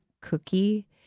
cookie